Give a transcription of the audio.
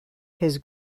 his